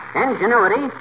ingenuity